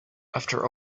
after